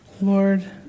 Lord